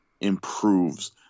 improves